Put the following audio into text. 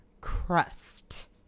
crust